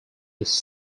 this